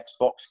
Xbox